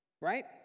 Right